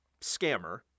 scammer